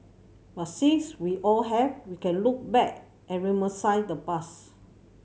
but since we all have we can look back and reminisce the past